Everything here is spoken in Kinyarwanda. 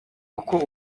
uko